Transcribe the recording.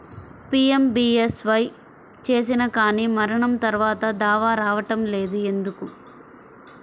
PMBSY చేసినా కానీ మరణం తర్వాత దావా రావటం లేదు ఎందుకు?